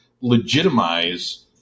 legitimize